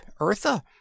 Eartha